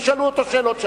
תשאלו אותו שאלות שם.